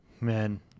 Man